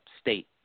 state